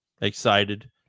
excited